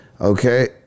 okay